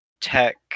tech